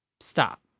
Stop